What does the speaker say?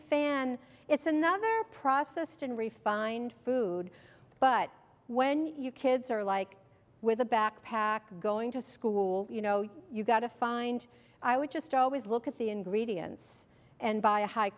fan it's another processed and refined food but when you kids are like with a backpack going to school you know you got to find i would just always look at the ingredients and buy a high